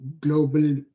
global